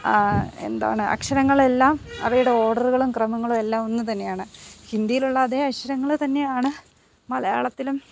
എന്താണ് അക്ഷരങ്ങളെല്ലാം അവയുടെ ഓർഡറുകളും ക്രമങ്ങളും എല്ലാം ഒന്നു തന്നെയാണ് ഹിന്ദിയിലുള്ള അതേ അക്ഷരങ്ങൾ തന്നെയാണ് മലയാളത്തിലും